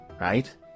right